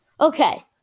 Okay